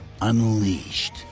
Unleashed